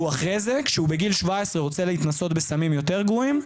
אחרי זה כשהוא בגיל 17 והוא רוצה להתנסות בסמים יותר גרועים,